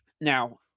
now